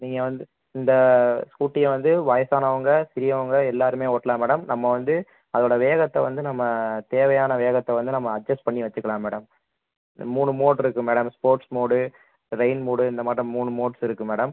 நீங்கள் வந்து இந்த ஸ்கூட்டியை வந்து வயசானவங்க பெரியவங்க எல்லோருமே ஓட்டலாம் மேடம் நம்ம வந்து அதோடய வேகத்தை வந்து நம்ம தேவையான வேகத்தை வந்து நம்ம அட்ஜஸ்ட் பண்ணி வெச்சிக்கலாம் மேடம் மூணு மோட் இருக்குது madam sports mode rain mode இந்தமாட்டம் மூணு மோட்ஸ் இருக்குது மேடம்